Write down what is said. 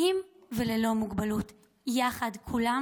עם מוגבלות ובלי מוגבלות, יחד כולם.